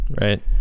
Right